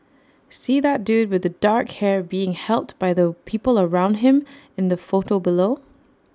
see that dude with the dark hair being helped by the people around him in the photo below